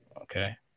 Okay